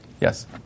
Yes